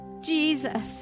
Jesus